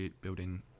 building